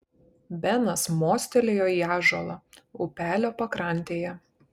benas mostelėjo į ąžuolą upelio pakrantėje